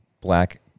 Black